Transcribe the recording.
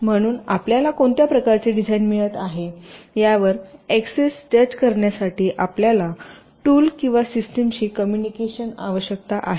म्हणून आपल्याला कोणत्या प्रकारचे डिझाइन मिळत आहे यावर एक्ससेस जज करण्यासाठी आपल्याला टूल किंवा सिस्टमशी कमुनिकेशन आवश्यकता आहे